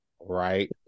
Right